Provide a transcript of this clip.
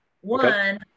One